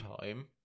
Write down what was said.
time